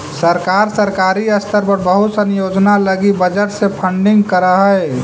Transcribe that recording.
सरकार सरकारी स्तर पर बहुत सनी योजना लगी बजट से फंडिंग करऽ हई